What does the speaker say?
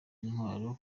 intwaro